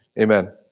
Amen